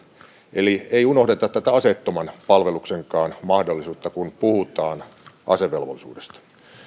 eli ei unohdeta tätä aseettoman palveluksenkaan mahdollisuutta kun puhutaan asevelvollisuudesta